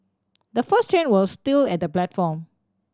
the first train was still at the platform